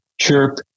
chirp